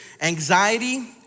anxiety